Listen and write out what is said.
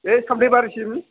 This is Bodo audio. बै सामथायबारिसिम